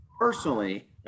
personally